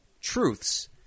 truths